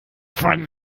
von